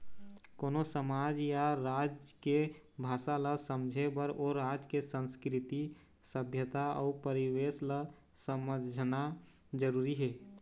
कोनो समाज या राज के भासा ल समझे बर ओ राज के संस्कृति, सभ्यता अउ परिवेस ल समझना जरुरी हे